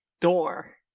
door